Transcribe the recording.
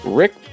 rick